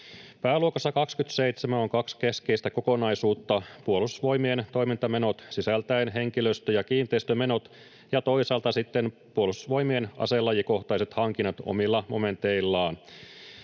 Pääluokassa 27 on kaksi keskeistä kokonaisuutta: Puolustusvoimien toimintamenot, sisältäen henkilöstö- ja kiinteistömenot, ja toisaalta sitten Puolustusvoimien aselajikohtaiset hankinnat omilla momenteillaan.